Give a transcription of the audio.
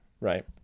right